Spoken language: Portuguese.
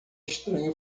estranho